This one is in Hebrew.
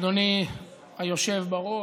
אדוני היושב בראש,